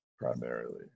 primarily